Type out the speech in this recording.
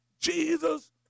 Jesus